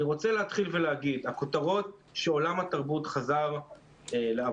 אני רוצה להתחיל ולומר שהכותרות שעולם התרבות חזר לעבודה,